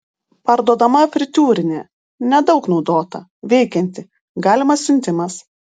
parduodama fritiūrinė nedaug naudota veikianti galimas siuntimas